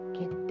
get